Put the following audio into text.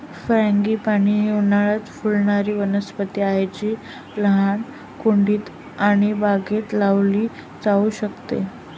frangipani ही उन्हाळयात फुलणारी वनस्पती आहे जी लहान कुंडीत आणि बागेत लावली जाऊ शकते